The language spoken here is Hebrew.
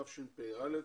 תשפ"א,